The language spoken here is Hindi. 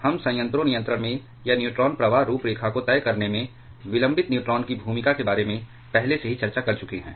हम संयंत्रों नियंत्रण में या न्यूट्रॉन प्रवाह रूपरेखा को तय करने में विलंबित न्यूट्रॉन की भूमिका के बारे में पहले से ही चर्चा कर चुके हैं